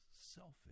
selfish